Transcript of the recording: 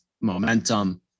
momentum